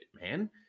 man